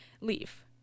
leave